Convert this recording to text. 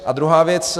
A druhá věc.